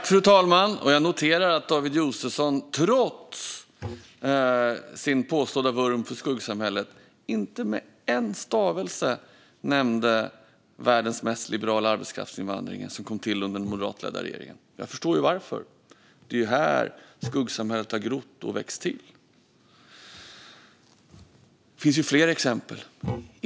Fru talman! Jag noterar att David Josefsson, trots sin påstådda vurm för skuggsamhället, inte med en stavelse nämnde världens mest liberala arbetskraftsinvandring, som kom till under den moderatledda regeringen. Jag förstår varför. Det är här skuggsamhället har grott och växt till. Det finns fler exempel.